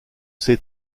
ces